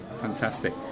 fantastic